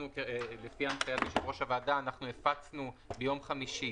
לפי הנחיית יושב-ראש הוועדה הפצנו ביום חמישי